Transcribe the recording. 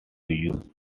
use